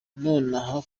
nonaha